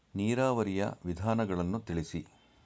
ನೀರಾವರಿಯ ವಿಧಾನಗಳನ್ನು ತಿಳಿಸಿ?